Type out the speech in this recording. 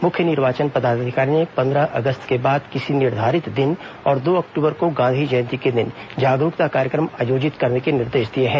मुख्य निर्वाचन पदाधिकारी ने पंद्रह अगस्त के बाद किसी निर्धारित दिन और दो अक्टूबर को गांधी जयंती के दिन जागरूकता कार्यक्रम आयोजित करने के निर्देश दिए हैं